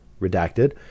redacted